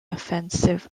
offensive